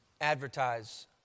advertise